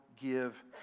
give